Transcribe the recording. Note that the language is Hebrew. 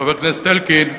חבר הכנסת אלקין,